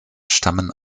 stammen